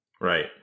Right